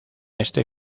este